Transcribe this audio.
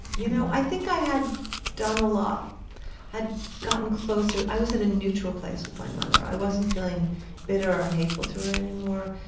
you know, i think i had done a lot. i had gotten closer. i was at a neutral place with my mother. i wasn't feeling bitter or hateful to her anymore,